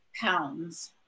pounds